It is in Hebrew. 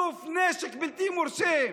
למען איסוף נשק בלתי מורשה.